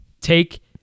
Take